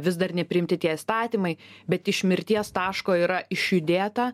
vis dar nepriimti tie įstatymai bet iš mirties taško yra išjudėta